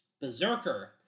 Berserker